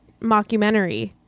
mockumentary